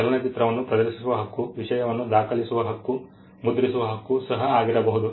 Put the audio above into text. ಚಲನಚಿತ್ರವನ್ನು ಪ್ರದರ್ಶಿಸುವ ಹಕ್ಕು ವಿಷಯವನ್ನು ದಾಖಲಿಸುವ ಹಕ್ಕು ಮುದ್ರಿಸುವ ಹಕ್ಕು ಸಹ ಆಗಿರಬಹುದು